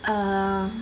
err